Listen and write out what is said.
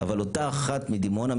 אבל אותה אחת מדימונה,